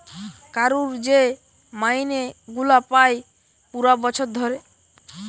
কারুর যে মাইনে গুলা পায় পুরা বছর ধরে